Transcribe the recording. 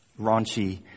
raunchy